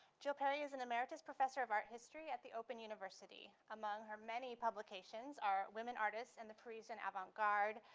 jill perry is an emeritus professor of art history at the open university. among her many publications are women artists and the parisian avant-garde,